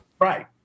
Right